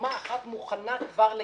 קומה אחת מוכנה כבר לכניסה.